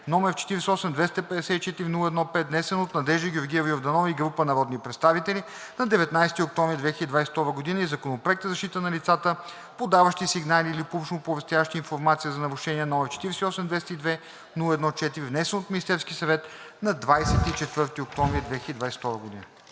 № 48-254-01-5, внесен от Надежда Георгиева Йорданова и група народни представители на 19 октомври 2022 г., и Законопроект за защита на лицата, подаващи сигнали или публично оповестяващи информация за нарушения, № 48-202-01-4, внесен от Министерския съвет на 24 октомври 2022 г.“